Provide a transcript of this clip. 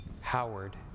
Howard